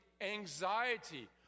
anxiety